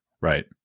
Right